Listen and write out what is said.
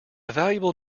valuable